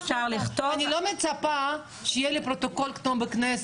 השאלה אם אפשר לכתוב --- אני לא מצפה שיהיה פרוטוקול כמו בכנסת,